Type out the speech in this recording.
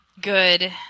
good